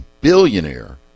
billionaire